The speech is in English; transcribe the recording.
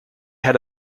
had